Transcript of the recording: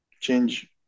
change